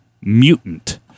Mutant